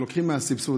שלוקחים מהסבסוד,